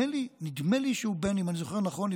אם אני זוכר נכון,